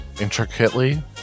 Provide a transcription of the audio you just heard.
intricately